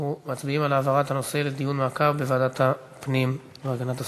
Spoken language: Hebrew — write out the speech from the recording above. אנחנו מצביעים על העברת הנושא לדיון מעקב בוועדת הפנים והגנת הסביבה.